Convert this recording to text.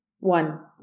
One